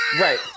right